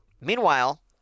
Meanwhile